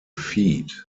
feed